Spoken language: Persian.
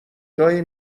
جایی